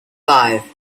five